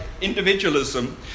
individualism